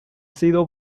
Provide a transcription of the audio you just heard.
sido